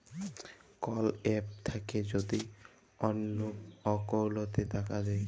call app থাক্যে যদি অল্লো অকৌলটে টাকা দেয়